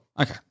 Okay